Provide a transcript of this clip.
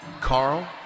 Carl